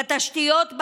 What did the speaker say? בתשתיות,